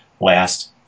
last